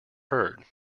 heard